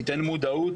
תתן מודעות.